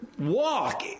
Walk